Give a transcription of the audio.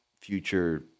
future